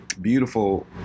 beautiful